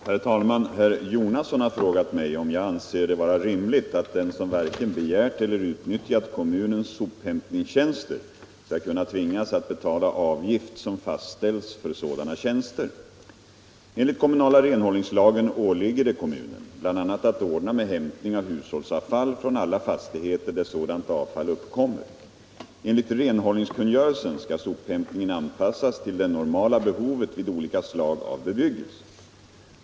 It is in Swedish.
Herr talman! Herr Jonasson har frågat mig om jag anser det vara rimligt att den som varken begärt eller utnyttjat kommunens sophämtningstjänster skall kunna tvingas att betala avgift som fastställts för sådana tjänster. Enligt kommunala renhållningslagen åligger det kommunen bl.a. att ordna med hämtning av hushållsavfall från alla fastigheter där sådant avfall uppkommer. Enligt renhållningskungörelsen skall sophämtningen anpassas till det normala behovet vid olika slag av bebyggelse.